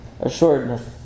assuredness